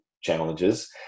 challenges